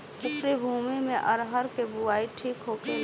उपरी भूमी में अरहर के बुआई ठीक होखेला?